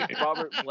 Robert